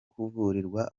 kuvurirwa